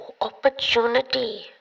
opportunity